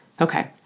Okay